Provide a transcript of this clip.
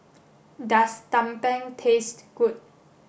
does Tumpeng taste good